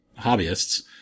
hobbyists